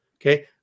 Okay